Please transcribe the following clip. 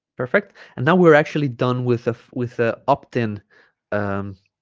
perfect and now we're actually done with the with the opt-in um